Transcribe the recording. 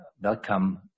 welcome